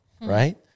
right